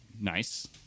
Nice